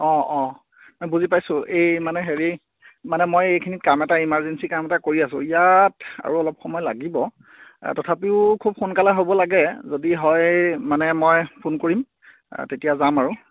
অঁ অঁ বুজি পাইছোঁ এই মানে হেৰি মানে মই এইখিনিত কাম এটা ইমাজেঞ্চি কাম এটা কৰি আছো ইয়াত আৰু অলপ সময় লাগিব তথাপিও খুব সোনকালে হ'ব লাগে যদি হয় মানে মই ফোন কৰিম তেতিয়া যাম আৰু